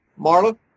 Marla